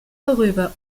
vorüber